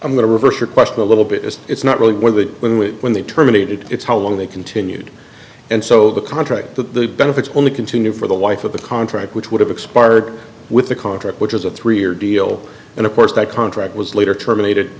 i'm going to reverse your question a little bit as it's not really clear that when with when they terminated it's how long they continued and so the contract the benefits only continue for the life of the contract which would have expired with the contract which is a three year deal and of course that contract was later terminated